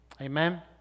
Amen